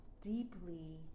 deeply